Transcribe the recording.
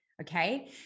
Okay